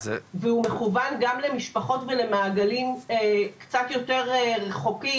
והוא מכוון גם למשפחות ולמעגלים קצת יותר רחוקים